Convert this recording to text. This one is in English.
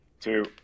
two